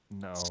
No